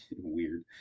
weird